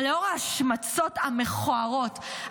אבל לאור ההשמצות המכוערות,